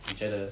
你觉得